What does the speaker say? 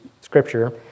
Scripture